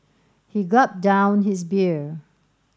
he gulped down his beer